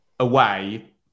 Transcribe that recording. away